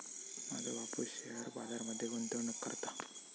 माझो बापूस शेअर बाजार मध्ये गुंतवणूक करता